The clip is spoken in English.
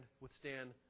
withstand